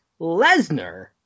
Lesnar